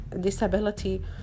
disability